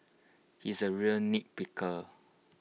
he is A real nitpicker